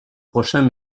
prochains